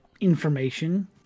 information